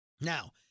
Now